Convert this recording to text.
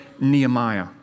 Nehemiah